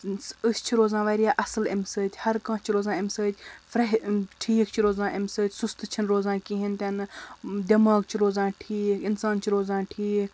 أسۍ چھِ روزان واریاہ اَصٕل اَمہِ سۭتۍ ہرکانٛہہ چھُ روزان اَمہِ سۭتۍ فرہ ٹھیٖک چھِ روزان اَمہِ سۭتۍ سُستہٕ چھِنہٕ روزان کِہیٖنۍ تہِ نہٕ دٮ۪ماغ چھُ روزان ٹھیٖک اِنسان چھُ روزان ٹھیٖک